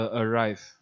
arrive